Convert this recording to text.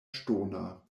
ŝtona